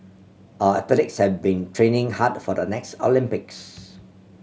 our athletes have been training hard for the next Olympics